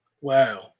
Wow